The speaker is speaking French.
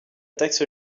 taxe